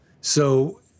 So-